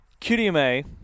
qdma